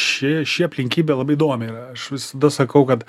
ši ši aplinkybė labai įdomi yra aš visada sakau kad